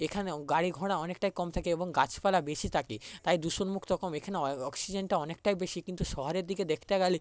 এখানেও গাড়ি ঘোড়া অনেকটাই কম থাকে এবং গাছপালা বেশি থাকে তাই দূষণমুক্ত কম এখানে অয় অক্সিজেনটা অনেকটাই বেশি কিন্তু শহরের দিকে দেখতে গেলে